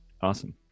Awesome